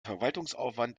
verwaltungsaufwand